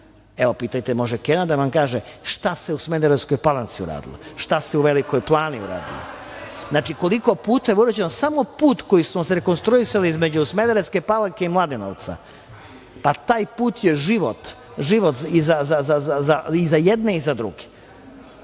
pitajte, može Kena da vam kaže šta se u Smederevskoj Palanci uradilo, šta se u Velikoj Plani uradilo. Znači, koliko puteva je urađeno, samo put koji smo rekonstruisali između Smederevske Palanke i Mladenovca, pa taj put je život i za jedne i za druge.